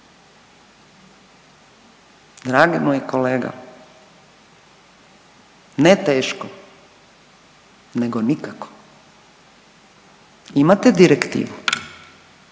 Dragi moj kolega, ne teško nego nikako. Imate direktivu.